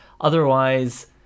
Otherwise